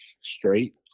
straight